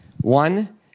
One